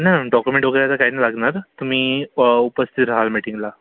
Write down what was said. नाही madam document वगैरे तर काही नाही लागणार तुम्ही उपस्थित रहाल मीटिंगला